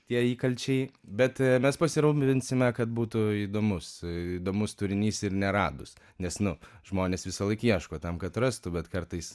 tie įkalčiai bet mes pasirūpinsime kad būtų įdomus įdomus turinys ir neradus nes nu žmonės visąlaik ieško tam kad rastų bet kartais